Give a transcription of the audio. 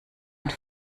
und